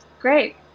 Great